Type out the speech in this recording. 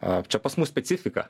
a čia pas mus specifika